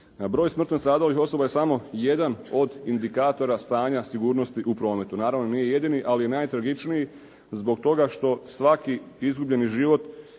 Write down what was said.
Broj smrtno stradalih osoba je samo jedan od indikatora stanja sigurnosti u prometu. Naravno nije jedini, ali najtragičniji zbog toga što svaki izgubljeni život